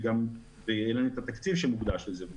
וגם אין לנו התקציב שמוקדש לזה.